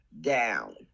down